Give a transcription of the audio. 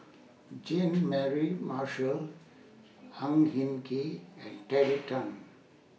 Jean Mary Marshall Ang Hin Kee and Terry Tan